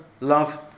love